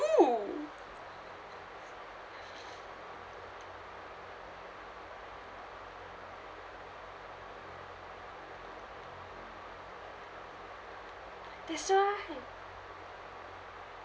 do that's why